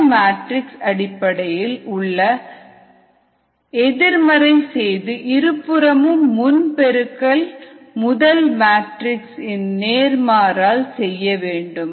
இந்த மேட்ரிக்ஸ் அடிப்படையில் உள்ள ஈசனை எதிர் மாற்று செய்து இருபுறமும் முன் பெருக்கல் முதல் மேட்ரிக்ஸ் இன் நேர்மாறல் செய்யவேண்டும்